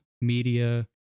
media